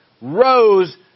rose